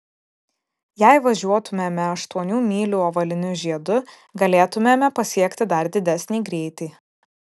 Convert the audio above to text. jei važiuotumėme aštuonių mylių ovaliniu žiedu galėtumėme pasiekti dar didesnį greitį